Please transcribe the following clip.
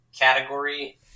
category